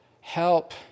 help